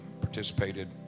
participated